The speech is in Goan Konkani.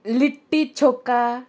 लिट्टी छोक्का